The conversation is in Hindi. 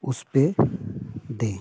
उस पर दें